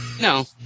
No